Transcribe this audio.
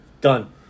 Done